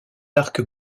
arc